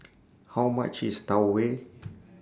How much IS Tau Huay